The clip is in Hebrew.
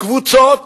קבוצות